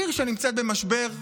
עיר שנמצאת במשבר,